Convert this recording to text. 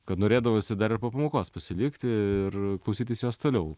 kad norėdavosi dar ir po pamokos pasilikti ir klausytis jos toliau